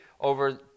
over